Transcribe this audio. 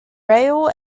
rail